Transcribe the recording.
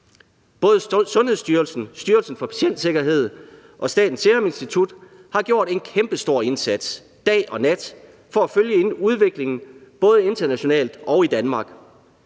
Både Sundhedsstyrelsen, Styrelsen for Patientsikkerhed og Statens Serum Institut har gjort en kæmpestor indsats dag og nat for at følge udviklingen både internationalt og i Danmark.